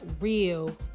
real